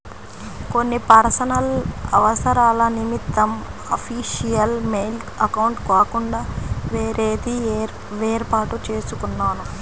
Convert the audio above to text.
కొన్ని పర్సనల్ అవసరాల నిమిత్తం అఫీషియల్ మెయిల్ అకౌంట్ కాకుండా వేరేది వేర్పాటు చేసుకున్నాను